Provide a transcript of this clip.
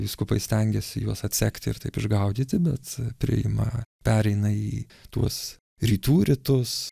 vyskupai stengiasi juos atsekti ir taip išgaudyti bet priėjimą pereina į tuos rytų rytus